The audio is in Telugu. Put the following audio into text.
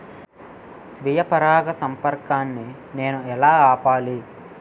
స్వీయ పరాగసంపర్కాన్ని నేను ఎలా ఆపిల్?